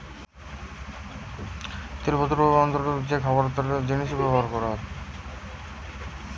তিল প্রচুর ভাবি বিশ্বের ক্রান্তীয় অঞ্চল রে খাবার ও তেলের জিনে চাষ করা হয়